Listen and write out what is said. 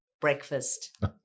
Breakfast